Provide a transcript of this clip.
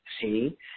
See